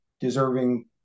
deserving